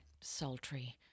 sultry